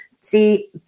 See